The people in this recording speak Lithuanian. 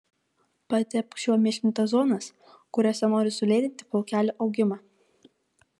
patepk šiuo mišiniu tas zonas kuriose nori sulėtinti plaukelių augimą